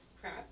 crap